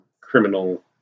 criminal